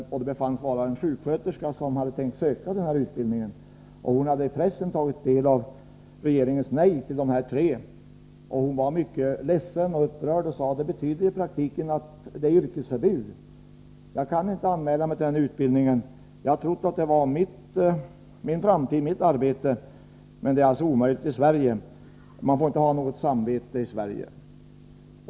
Personen i fråga befanns vara sjuksköterska som hade tänkt söka till just den här utbildningen. Genom pressen hade hon tagit del av regeringens nej till de nämnda tre blivande barnmorskorna. Hon var mycket ledsen och upprörd. Hon sade: I praktiken betyder det att det råder yrkesförbud. Jag kan inte anmäla mig till den utbildningen, och jag som hade trott att det var ett arbete för mig, att det var min framtid. Det är alltså omöjligt i Sverige. I Sverige får man inte ha något samvete.